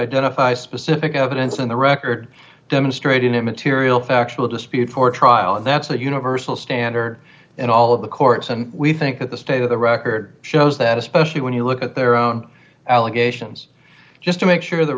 identify specific evidence in the record demonstrating a material factual dispute for trial and that's a universal standard in all of the courts and we think that the state of the record shows that especially when you look at their own allegations just to make sure the